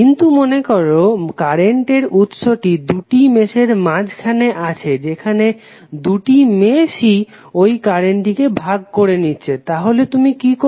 কিন্তু মনেকরো কারেন্ট উৎসটি দুটি মেশের মাঝখানে আছে যেখানে দুটি মেশ ই ঐ কারেন্টটিকে ভাগ করে নিচ্ছে তাহলে তুমি কি করে